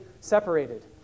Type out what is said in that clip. separated